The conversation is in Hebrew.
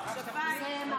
המחשבה,